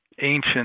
ancient